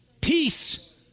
peace